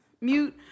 Mute